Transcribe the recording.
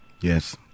Yes